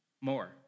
more